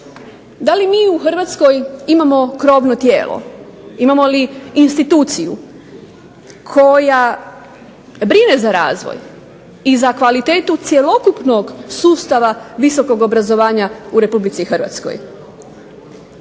DA li mi u Hrvatskoj imamo krovno tijelo, imamo li instituciju koja brine za razvoj i kvalitetu cjelokupnog sustava visokog obrazovanja u Republici Hrvatskoj.